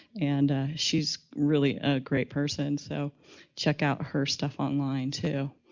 and she's really a great person. so check out her stuff online too.